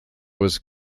was